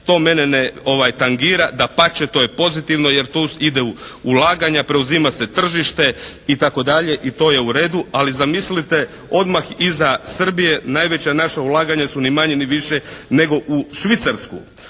to mene ne tangira. Dapače, to je pozitivno jer tu idu ulaganja, preuzima se tržište itd., i to je u redu. Ali zamislite, odmah iza Srbije najveća naša ulaganja su ni manje ni više nego u Švicarsku,